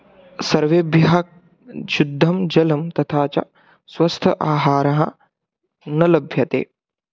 सर्वेभ्यः शुद्धं जलं तथा च स्वस्थ आहारः न लभ्यते